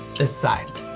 this side.